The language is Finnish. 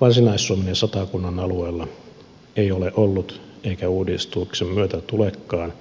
varsinais suomen ja satakunnan alueella ei ole ollut eikä uudistuksen myötä tulekaan